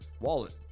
wallet